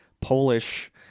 Polish